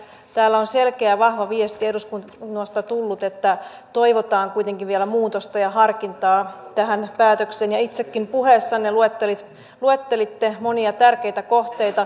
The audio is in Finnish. täällä on tullut selkeä vahva viesti eduskunnasta että toivotaan kuitenkin vielä muutosta ja harkintaa tähän päätökseen ja itsekin puheessanne luettelitte monia tärkeitä kohteita